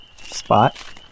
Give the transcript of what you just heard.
spot